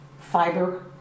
fiber